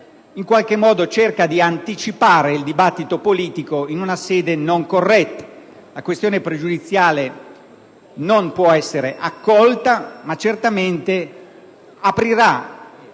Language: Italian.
in qualche modo cerca di anticipare il dibattito politico in una sede non corretta. La questione pregiudiziale non può essere accolta, ma aprirà